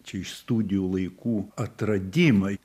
čia iš studijų laikų atradimai